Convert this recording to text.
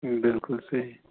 بِلکُل صحیح